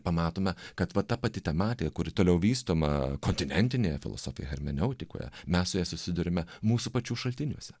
pamatome kad va ta pati tematė kuri toliau vystoma kontinentinėje filosofijoj hermeneutikoje mes su ja susiduriame mūsų pačių šaltiniuose